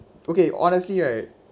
okay honestly right